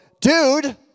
dude